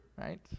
right